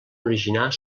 originar